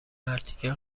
مرتیکه